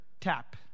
tap